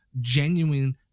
genuine